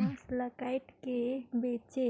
मांस ल कायट के बेचे